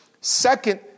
Second